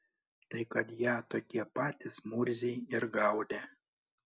tai kad ją tokie patys murziai ir gaudė